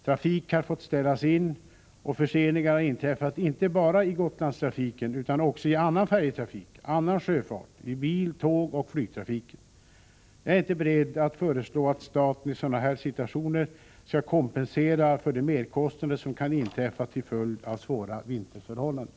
Trafik har fått ställas in och förseningar har inträffat, inte bara i Gotlandstrafiken utan också i annan färjetrafik, annan sjöfart, i bil-, tågoch flygtrafiken. Jag är inte beredd att föreslå att staten i sådana här situationer skall kompensera för de merkostnader som kan inträffa till följd av svåra vinterförhållanden.